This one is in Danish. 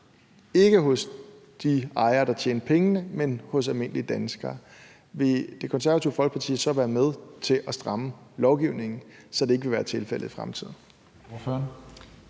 ikke hos de ejere, der tjente pengene, men hos almindelige danskere – vil Det Konservative Folkeparti så være med til at stramme lovgivningen, så det ikke vil være tilfældet i fremtiden?